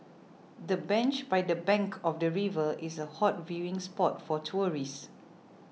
the bench by the bank of the river is a hot viewing spot for tourists